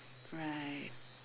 right